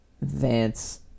Vance